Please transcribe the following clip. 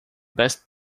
best